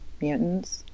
mutants